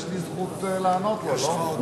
יש לי זכות לענות לו.